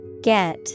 Get